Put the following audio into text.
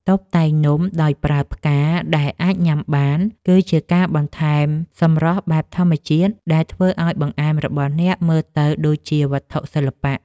តុបតែងនំដោយប្រើផ្កាដែលអាចញ៉ាំបាន គឺជាការបន្ថែមសម្រស់បែបធម្មជាតិដែលធ្វើឱ្យបង្អែមរបស់អ្នកមើលទៅដូចជាវត្ថុសិល្បៈ។